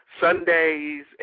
Sundays